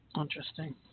Interesting